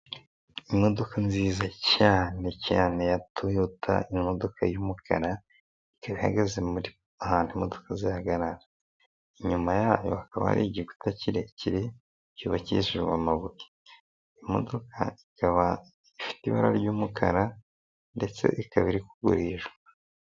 Imodoka nziza n cyane cyane ya toyota, imodoka y'umukara ikaba ihagaze ahantu imodoka zihagarara, inyuma yayo hakaba ari igikuta kirekire cyubakishijwe amabuye. Imodoka ikaba ifite ibara ry'umukara ndetse ikaba iri kugurishwa.